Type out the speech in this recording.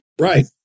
Right